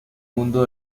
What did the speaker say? mundo